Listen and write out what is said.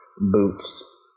boots